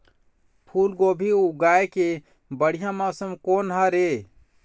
फूलगोभी उगाए के बढ़िया मौसम कोन हर ये?